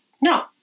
no